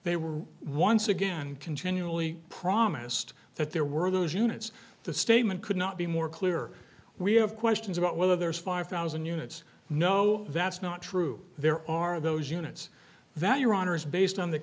they were once again continually promised that there were those units the statement could not be more clear we have questions about whether there's five thousand units no that's not true there are those units that your honor is based on th